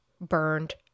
burned